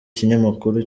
kinyamakuru